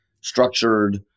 structured